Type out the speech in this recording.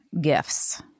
gifts